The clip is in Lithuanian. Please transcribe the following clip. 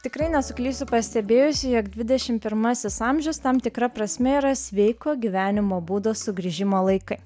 tikrai nesuklysiu pastebėjusi jog dvidešim pirmasis amžius tam tikra prasme yra sveiko gyvenimo būdo sugrįžimo laikai